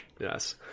Yes